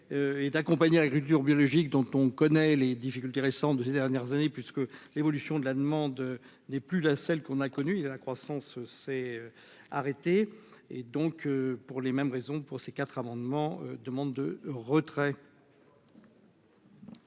et d'accompagner l'agriculture biologique, dont on connaît les difficultés récentes de ces dernières années puisque l'évolution de la demande n'est plus là, celle qu'on a connu, il a la croissance s'est arrêtée et, donc, pour les mêmes raisons, pour ces quatre amendements demande de retrait.